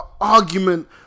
argument-